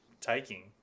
taking